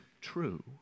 true